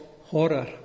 horror